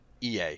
EA